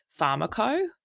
Pharmaco